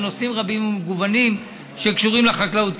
בנושאים רבים ומגוונים שקשורים לחקלאות.